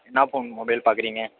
என்ன phone mobile பார்க்குறீங்க